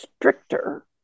stricter